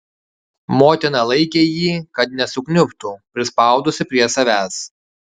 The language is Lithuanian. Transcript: motina laikė jį kad nesukniubtų prispaudusi prie savęs